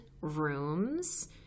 rooms